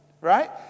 right